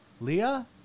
Leah